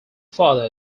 further